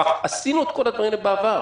עשינו את כל הדברים האלה בעבר.